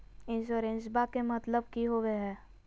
इंसोरेंसेबा के मतलब की होवे है?